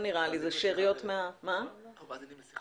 שר הפנים החליט לסיים